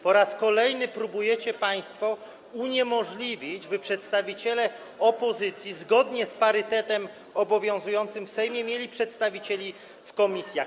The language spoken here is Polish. Po raz kolejny próbujecie państwo uniemożliwić, by przedstawiciele opozycji, zgodnie z parytetem obowiązującym w Sejmie, mieli przedstawicieli w komisjach.